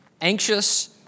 anxious